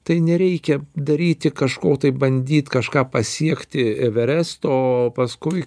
tai nereikia daryti kažko tai bandyt kažką pasiekti everesto o paskui